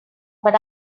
but